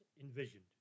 envisioned